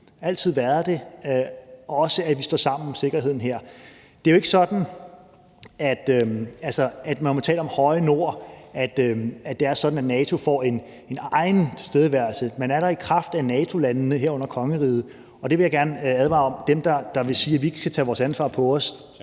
altid været det, at vi står sammen om sikkerheden her. Det er jo ikke sådan, at man må tale om det høje nord, og at NATO får en egen tilstedeværelse. Men man er der i kraft af NATO-landene, herunder kongeriget, og der vil jeg gerne advare om til dem, der vil sige, at vi ikke skal tage vores ansvar på os,